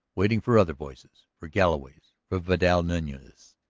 waiting for other voices, for galloway's, for vidal nunez's.